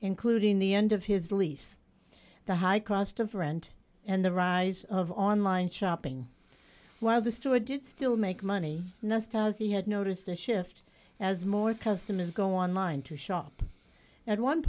including the end of his lease the high cost of rent and the rise of online shopping while the store did still make money not stars he had noticed a shift as more customers go online to shop at one